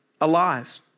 alive